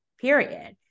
period